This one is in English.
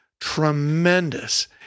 tremendous